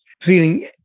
feeling